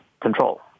control